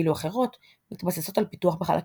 ואילו אחרות מתבססות על פיתוח בחלקים.